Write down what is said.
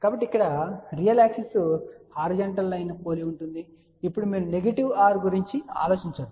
కాబట్టి ఇక్కడ real axis horizontal line ను పోలి ఉంటుంది ఇప్పుడు మీరు నెగెటివ్ R గురించి ఆలోచించవద్దు